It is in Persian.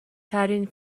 ترین